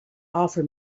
offer